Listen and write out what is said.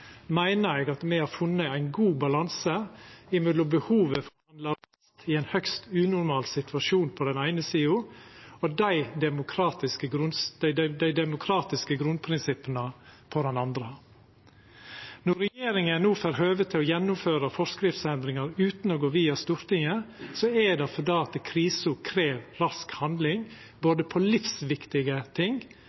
meiner eg at me har funne ein god balanse mellom behovet for å handla raskt i ein høgst unormal situasjon på den eine sida og dei demokratiske grunnprinsippa på den andre. Når regjeringa no får høve til å gjennomføra forskriftsendringar utan å gå via Stortinget, er det fordi krisa krev rask handling når det gjeld livsviktige ting,